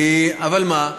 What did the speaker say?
אבל מה,